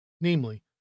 namely